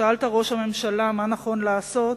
שאלת, ראש הממשלה, מה נכון לעשות,